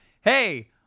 Hey